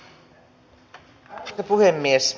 arvoisa puhemies